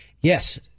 Yes